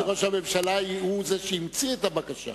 נדמה לי שראש הממשלה הוא זה שהמציא את הבקשה.